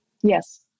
Yes